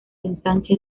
ensanche